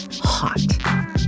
hot